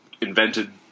invented